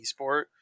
esport